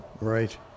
Right